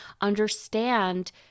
understand